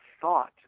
thought